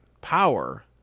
power